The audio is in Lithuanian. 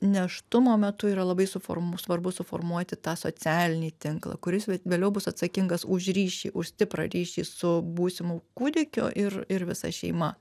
nėštumo metu yra labai suform svarbu suformuoti tą socialinį tinklą kuris vėliau bus atsakingas už ryšį už stiprų ryšį su būsimu kūdikiu ir ir visa šeima